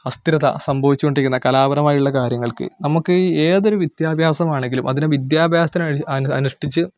അസ്ഥിരത സംഭവിച്ചു കൊണ്ടിരിക്കുന്ന കലാപരമായുള്ള കാര്യങ്ങൾക്ക് നമുക്ക് ഏതൊരു വിദ്യാഭ്യാസം ആണെങ്കിലും അതിനെ വിദ്യാഭ്യാസത്തിന് അനുഷ്ഠിച്ച്